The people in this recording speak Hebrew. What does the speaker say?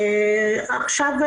עכשיו,